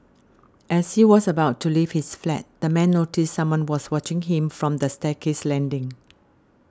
as he was about to leave his flat the man noticed someone was watching him from the staircase landing